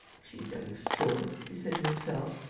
she's out of sorts, he said to himself.